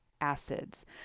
acids